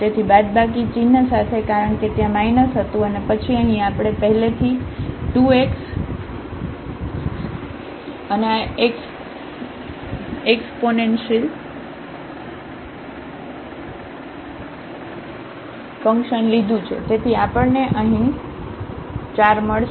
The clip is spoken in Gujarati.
તેથી બાદબાકી ચિહ્ન સાથે કારણ કે ત્યાં માઇનસ હતું અને પછી અહીં આપણે પહેલેથી 2x અને આ એકસપોનેન્સિલ ફંકશન લીધું છે તેથી આપણને અહીં 4 મળશે